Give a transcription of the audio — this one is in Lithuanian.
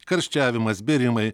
karščiavimas bėrimai